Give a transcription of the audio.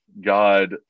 God